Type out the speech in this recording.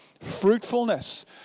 fruitfulness